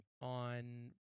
on